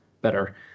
better